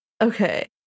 Okay